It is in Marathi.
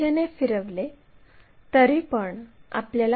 आणि d हे d साठीचे लोकस आहे